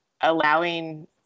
allowing